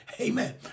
Amen